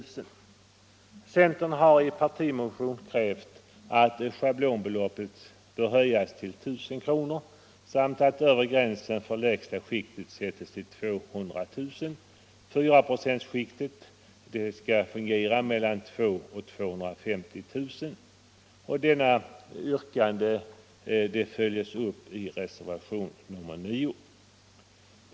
Centern har i partimotion krävt att schablonbeloppet skall höjas till 1000 samt att övre gränsen för lägsta skiktet sätts till 200 000, medan 4-procentsskiktet fungerar mellan 200 000 och 250 000, och detta yrkande följs upp i teservation nr 9.